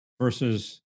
versus